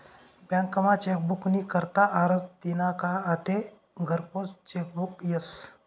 बँकमा चेकबुक नी करता आरजं दिना का आते घरपोच चेकबुक यस